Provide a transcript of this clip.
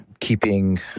keeping